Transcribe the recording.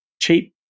cheap